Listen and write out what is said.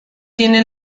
tiene